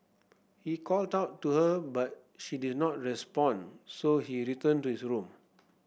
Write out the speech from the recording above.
he called out to her but she did not respond so he returned to his room